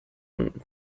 when